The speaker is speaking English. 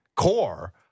core